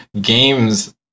games